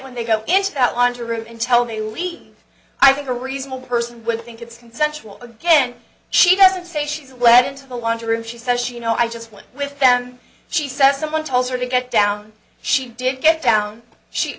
when they go into that line to room and tell me leave i think a reasonable person would think it's consensual again she doesn't say she's led into the lunch room she says she you know i just went with them she says someone told her to get down she did get down she